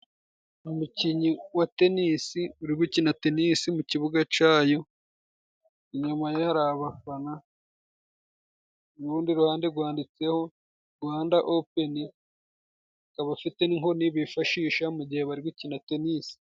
Umukinnyi wa tenisi uri gukina tenisi. Mu cibuga cayo inyuma ye hari abafana, urundi ruhande rwanditseho Rwanda openi, akaba afite n'inkomi bifashisha mugihe bari gukina tenisi.